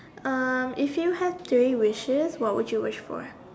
um if you have three wishes what would you wish for